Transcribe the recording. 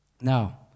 Now